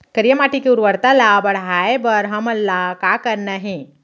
करिया माटी के उर्वरता ला बढ़ाए बर हमन ला का करना हे?